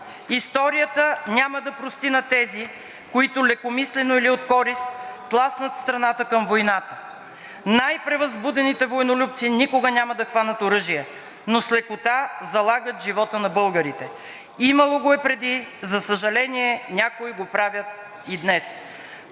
„Историята няма да прости на тези, които лекомислено или от корист тласкат страната към войната. Най-превъзбудените войнолюбци никога няма да хванат оръжие, но с лекота залагат живота на българите. Имало го е преди, за съжаление, някои го правят и днес.“